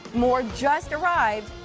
more just arrived.